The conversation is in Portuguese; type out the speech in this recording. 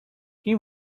quem